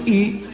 eat